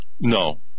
no